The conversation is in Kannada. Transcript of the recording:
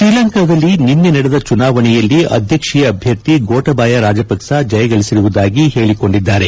ಶ್ರೀಲಂಕಾದಲ್ಲಿ ನಿನ್ನೆ ನಡೆದ ಚುನಾವಣೆಯಲ್ಲಿ ಅಧ್ಯಕ್ಷೀಯ ಅಭ್ಯರ್ಥಿ ಗೋಟಾಬಯ ರಾಜಪಕ್ಸ ಜಯಗಳಿಸಿರುವುದಾಗಿ ಹೇಳಿ ಕೊಂಡಿದ್ದಾರೆ